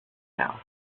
now